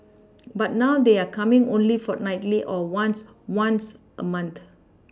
but now they're coming only fortnightly or once once a month